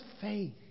faith